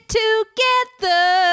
together